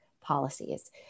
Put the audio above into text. policies